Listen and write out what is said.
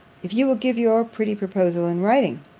if you will give your pretty proposal in writing?